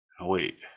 wait